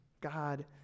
God